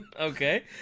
Okay